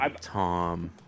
Tom